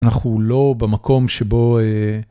אנחנו לא במקום שבו.